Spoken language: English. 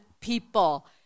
people